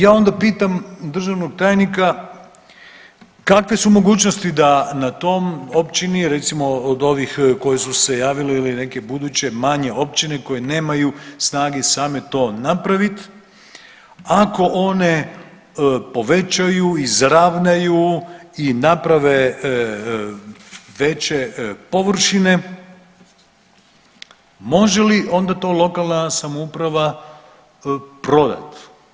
Ja onda pitam državnog tajnika kakve su mogućnosti da na toj općini recimo od ovih koje su se javile ili neke buduće manje općine koje nemaju snage same to napraviti ako one povećaju, izravnaju i naprave veće površine može li onda to lokalna samouprava prodati.